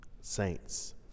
saints